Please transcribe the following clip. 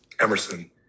Emerson